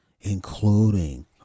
including